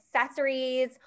accessories